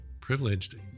Privileged